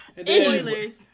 Spoilers